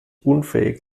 unfähig